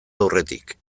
aurretik